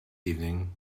evening